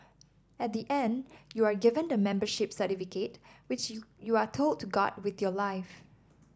at the end you are given the membership certificate which you are told to guard with your life